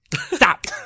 stop